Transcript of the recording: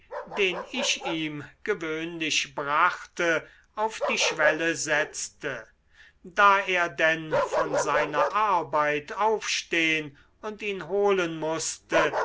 den ich ihm gewöhnlich brachte auf die schwelle setzte da er denn von seiner arbeit aufstehen und ihn holen mußte